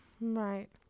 Right